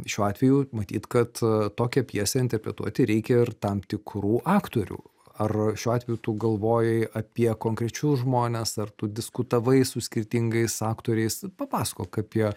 šiuo atveju matyt kad tokią pjesę interpretuoti reikia ir tam tikrų aktorių ar šiuo atveju tu galvojai apie konkrečius žmones ar tu diskutavai su skirtingais aktoriais papasakok apie